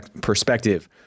perspective